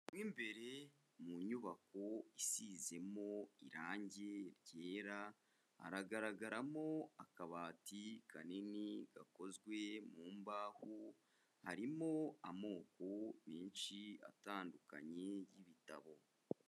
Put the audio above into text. Mo imbere mu nyubako isizemo irange ryera haragaragaramo akabati kanini gakozwe mu mbaho, harimo amoko menshi atandukanye y'ibitabo.